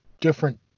different